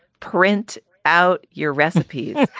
print out your recipes